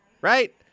Right